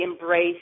embrace